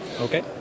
Okay